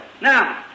Now